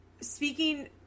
speaking